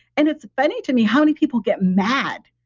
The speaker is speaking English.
and it's funny to me how many people get mad,